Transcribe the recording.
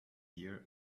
year